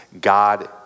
God